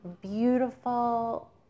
beautiful